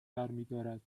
برمیدارد